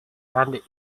and